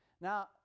Now